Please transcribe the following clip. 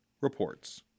reports